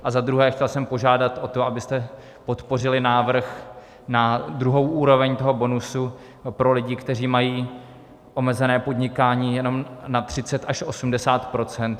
A za druhé jsem chtěl požádat o to, abyste podpořili návrh na druhou úroveň toho bonusu pro lidi, kteří mají omezené podnikání jenom na 30 až 80 %.